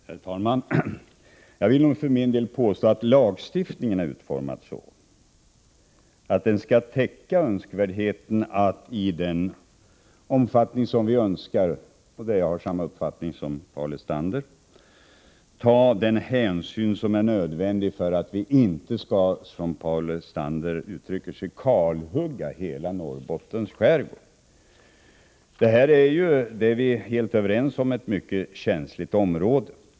Herr talman! Jag vill för min del påstå att lagstiftningen är utformad så att den, iden omfattning som vi önskar, skall ta den hänsyn som är nödvändig för att vi inte, som Paul Lestander uttrycker sig, skall kalhugga hela Norrbottens skärgård. Jag har samma uppfattning som Paul Lestander, att det är ett mycket känsligt område.